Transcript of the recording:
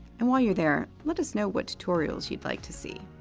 and while you're there, let us know what tutorials you'd like to see.